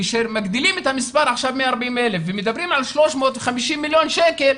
כשמגדילים את המספר ומדברים על 350 מיליון שקלים,